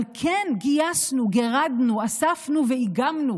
אבל כן גייסנו, גירדנו אספנו ואיגמנו